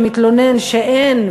שמתלונן שאין,